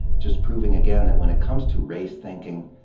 just proving again that when it comes to race thinking,